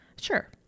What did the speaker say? Sure